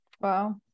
wow